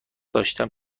داشتم